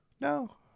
No